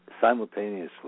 simultaneously